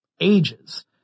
ages